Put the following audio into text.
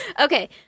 Okay